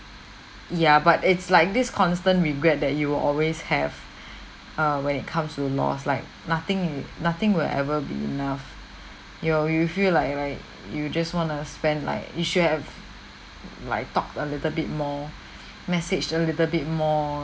ya but it's like this constant regret that you will always have err when it comes to in-laws like nothing nothing will ever be enough you'll you feel like like you just want to spend like you should have like talked a little bit more messaged a little bit more